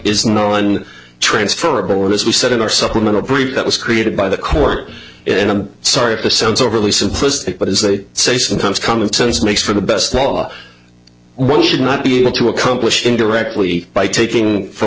is know and transferable as we said in our supplemental brief that was created by the court and i'm sorry if this sounds overly simplistic but as they say sometimes common sense makes for the best law one should not be able to accomplish indirectly by taking for